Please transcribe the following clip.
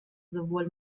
sowohl